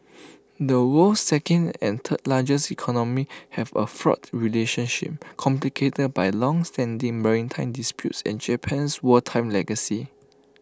the world's second and third largest economies have A fraught relationship complicated by longstanding maritime disputes and Japan's wartime legacy